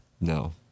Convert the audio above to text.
No